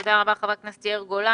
תודה רבה, חבר הכנסת יאיר גולן.